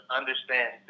understand